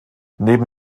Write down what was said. neben